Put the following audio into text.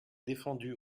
défendu